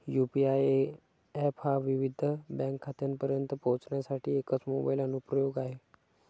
UPI app हा विविध bank खात्यांपर्यंत पोहोचण्यासाठी एकच मोबाइल अनुप्रयोग आहे